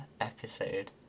episode